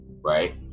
right